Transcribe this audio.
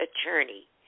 attorney